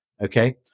okay